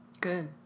good